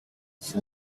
she